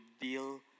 deal